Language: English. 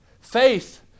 faith